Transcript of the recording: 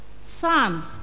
sons